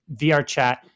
VRChat